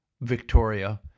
Victoria